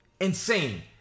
insane